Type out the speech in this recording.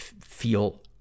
feel